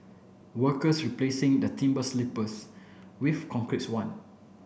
workers replacing the timber sleepers with concretes one